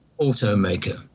automaker